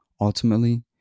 Ultimately